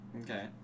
Okay